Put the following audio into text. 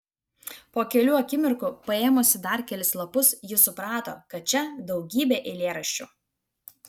po kelių akimirkų paėmusi dar kelis lapus ji suprato kad čia daugybė eilėraščių